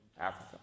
Africa